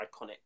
iconic